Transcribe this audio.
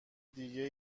دیگه